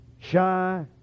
shy